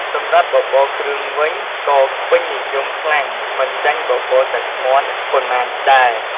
សម្រាប់បបរគ្រឿងវិញ ក៏ពេញនិយមខ្លាំងមិនចាញ់បបរសាច់មាន់ប៉ុន្មានដែរ។